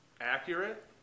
accurate